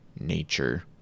nature